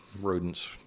Rodents